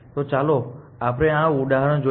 તો ચાલો આપણે આ ઉદાહરણ જોઈએ